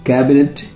Cabinet